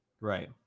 right